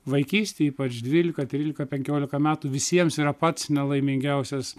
vaikystėje ypač dvylika trylika penkiolika metų visiems yra pats nelaimingiausias